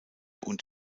und